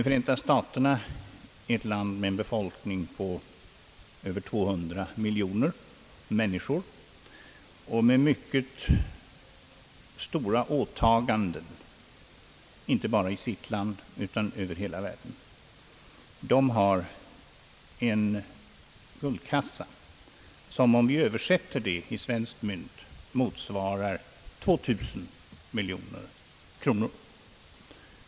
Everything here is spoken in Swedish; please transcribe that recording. Förenta staterna, som är ett land med en befolkning på över 200 miljoner människor och med mycket stora åtaganden, inte bara i det egna landet utan över hela världen, har en guldkassa, som Översatt till svenskt mynt motsvarar 2 miljarder kronor.